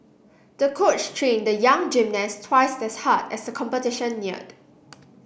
the coach trained the young gymnast twice as hard as the competition neared